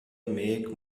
make